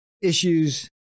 issues